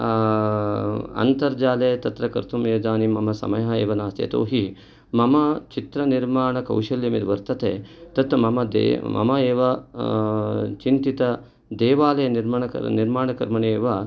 अन्तर्जाले तत्र कर्तुम् एतानि मम समयः एव नास्ति यतोहि मम चित्रनिर्माणकौशल्यं यद्वर्तते तत् मम मम एव चिन्तितं देवालय निर्माणकर्मणि एव